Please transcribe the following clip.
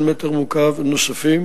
בסוגריים,